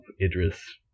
Idris